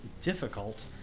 difficult